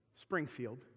Springfield